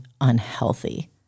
unhealthy